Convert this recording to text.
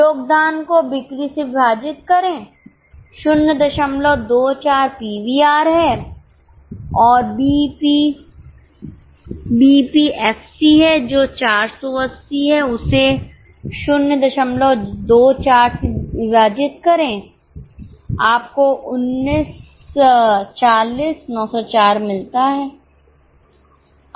योगदान को बिक्री से विभाजित करें 024 पीवीआर हैऔर बीईपी बीईपी एफसी है जो 480 है उसे 024 से विभाजित करें आपको 1940904 मिलता है